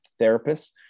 therapists